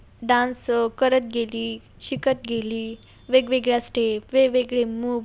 dance करत गेली शिकत गेली वेगवेगळ्या स्टेप वेगवेगळे मूव्हज